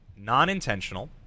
non-intentional